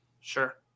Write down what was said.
Sure